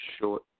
short